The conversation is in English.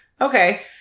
Okay